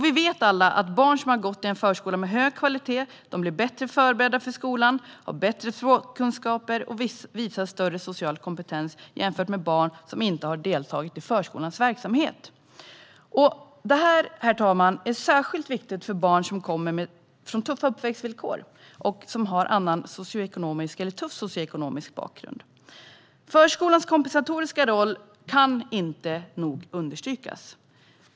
Vi vet alla att barn som har gått i en förskola med hög kvalitet blir bättre förberedda för skolan, har bättre språkkunskaper och visar större social kompetens jämfört med barn som inte har deltagit i förskolans verksamhet. Herr talman! Detta gäller särskilt barn som kommer från tuffa uppväxtvillkor och som har en tuff socioekonomisk bakgrund. Förskolans kompensatoriska roll kan inte nog understrykas.